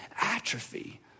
atrophy